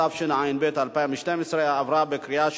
התשע"ב 2012, נתקבל.